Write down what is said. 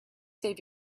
save